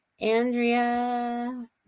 Andrea